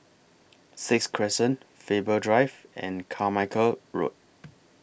Sixth Crescent Faber Drive and Carmichael Road